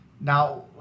now